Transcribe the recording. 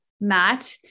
Matt